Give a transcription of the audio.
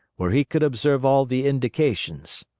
where he could observe all the indications.